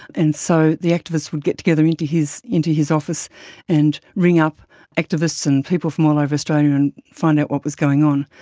and so the activists would get together into his into his office and ring up activists and people from all over australia and find out what was going on.